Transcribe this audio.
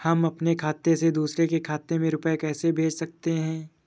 हम अपने खाते से दूसरे के खाते में रुपये कैसे भेज सकते हैं?